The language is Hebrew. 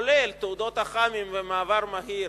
כולל תעודות אח"מים ומעבר מהיר